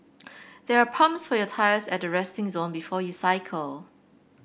they are pumps for your tyres at the resting zone before you cycle